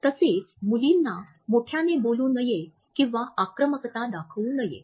तसेच मुलींना मोठ्याने बोलू नये किंवा आक्रमकता दाखवू नये